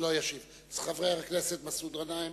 חבר הכנסת מסעוד גנאים,